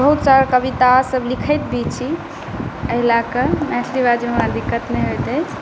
बहुत सारा कवितासब लिखैत भी छी एहि लऽ कऽ मैथिली बाजैमे हमरा दिक्कत नहि होइत अछि